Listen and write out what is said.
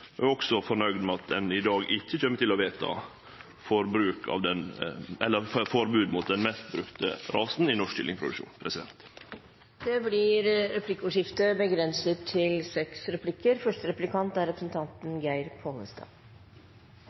og eg er også fornøgd med at ein i dag ikkje kjem til å vedta forbod mot den mest brukte rasen i norsk kyllingproduksjon. Det blir replikkordskifte. I forbindelse med